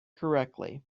correctly